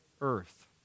earth